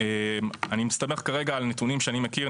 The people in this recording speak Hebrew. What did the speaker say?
אני מסתמך כרגע על נתונים שאני מכיר,